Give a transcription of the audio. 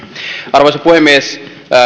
arvoisa puhemies